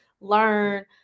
learn